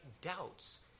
doubts